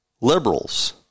liberals